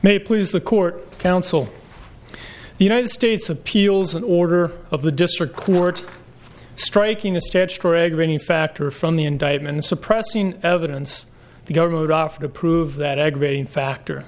may please the court counsel the united states appeals an order of the district court striking a stand straight reining factor from the indictment suppressing evidence the government offer to prove that aggravating factor